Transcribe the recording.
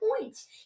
points